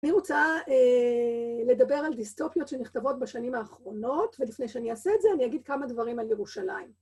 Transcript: אני רוצה לדבר על דיסטופיות שנכתבות בשנים האחרונות, ולפני שאני אעשה את זה אני אגיד כמה דברים על ירושלים.